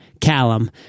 Callum